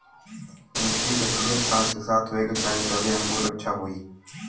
मट्टी के पी.एच पाँच से सात होये के चाही तबे अंगूर अच्छा होई